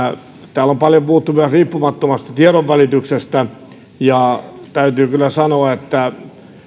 täällä on paljon puhuttu myös riippumattomasta tiedonvälityksestä täytyy kyllä sanoa että